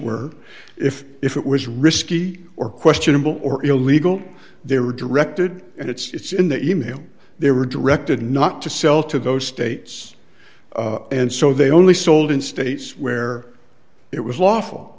where if it was risky or questionable or illegal they were directed and it's in the e mail they were directed not to sell to those states and so they only sold in states where it was lawful